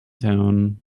town